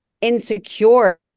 insecure